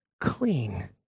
clean